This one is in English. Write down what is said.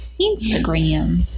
Instagram